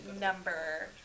number